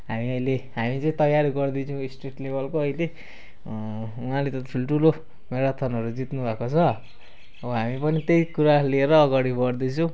हामी अहिले हामी चाहिँ तयारी गर्दैछौँ स्टेट लेबलको अहिले उहाँले त ठुल्ठुलो म्याराथनहरू जित्नुभएको छ अब हामी पनि त्यही कुरा लिएर अगाडि बढ्दैछौँ